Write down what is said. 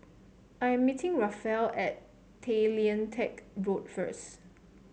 I am meeting Rafael at Tay Lian Teck Road first